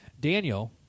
Daniel